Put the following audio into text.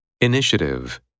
Initiative